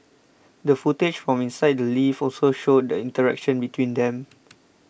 the footage from inside the lift also showed the interaction between them